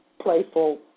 playful